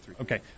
okay